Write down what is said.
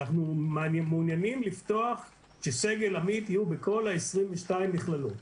אנחנו מעוניינים לפתוח שסגל עמית יהיו בכל 22 המכללות.